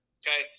okay